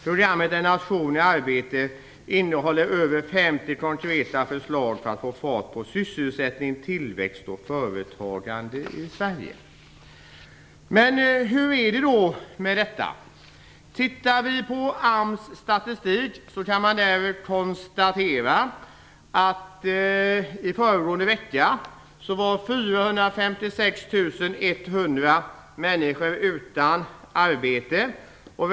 Programmet "En nation i arbete" innehåller över 50 konkreta förslag till hur man får fart på sysselsättning, tillväxt och företagande i Sverige. Men hur är det då med detta? Av AMS statistik kan man konstatera att 456 100 människor var utan arbete föregående vecka.